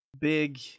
big